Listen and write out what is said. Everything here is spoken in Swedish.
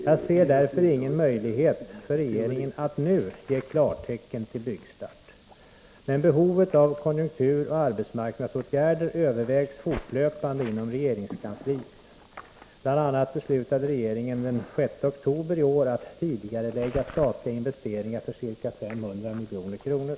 Jag ser därför ingen möjlighet för regeringen att nu ge klartecken för byggstart. Men behovet av konjunkturoch arbetsmarknadsåtgärder övervägs fortlöpande inom regeringskansliet. Bl. a. beslutade regeringen den 6 oktober i år att tidigarelägga statliga investeringar för ca 500 milj.kr.